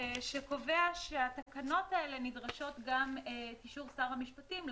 שקובע שהתקנות האלה נדרשות גם את אישור שר המשפטים.